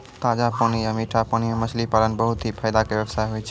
ताजा पानी या मीठा पानी मॅ मछली पालन बहुत हीं फायदा के व्यवसाय होय छै